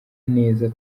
neza